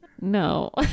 no